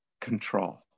control